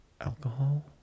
Alcohol